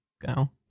go